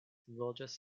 loĝas